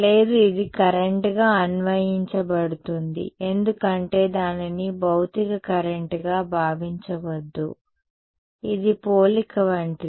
లేదు ఇది కరెంట్గా అన్వయించబడుతుంది ఎందుకంటే దానిని భౌతిక కరెంట్ గా భావించవద్దు ఇది పోలిక వంటిది